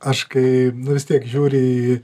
aš kai nu vis tiek žiūri į